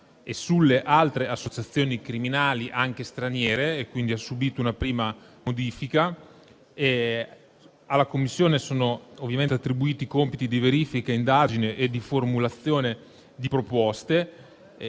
e sulle altre associazioni criminali, anche straniere, subendo una prima modifica. Alla Commissione sono attribuiti compiti di verifica, di indagine e di formulazione di proposte.